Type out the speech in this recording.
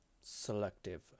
selective